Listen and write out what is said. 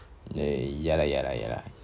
eh ya lah ya lah ya lah